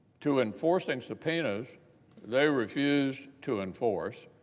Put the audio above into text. to enforcing subpoenas they refused to enforce.